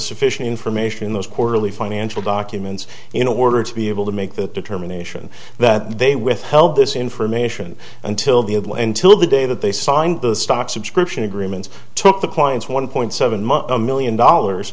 sufficient information in those quarterly financial documents in order to be able to make that determination that they withheld this information until the atlantic of the day that they signed the stock subscription agreements took the clients one point seven million dollars